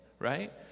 right